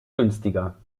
günstiger